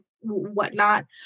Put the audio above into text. whatnot